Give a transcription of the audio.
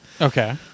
okay